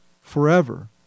forever